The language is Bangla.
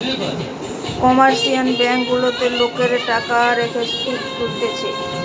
কমার্শিয়াল ব্যাঙ্ক গুলাতে লোকরা টাকা রেখে শুধ তুলতিছে